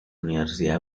universidad